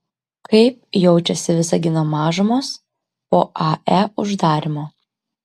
kaip jaučiasi visagino mažumos po ae uždarymo